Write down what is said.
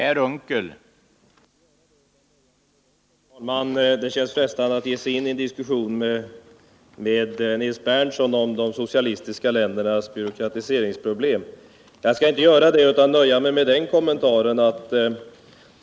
Herr talman! Det känns frestande att ge sig in i en diskussion med Nils Berndtson om de socialistiska ländernas byråkratiseringsproblem. Jag skall emellertid inte göra det utan nöja mig med en kommentar.